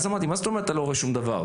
שאלתי: מה זאת אומרת שאתה לא רואה שום דבר?